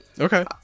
okay